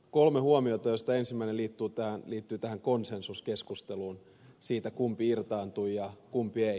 kolme huomiota joista ensimmäinen liittyy tähän konsensuskeskusteluun siitä kumpi irtaantui ja kumpi ei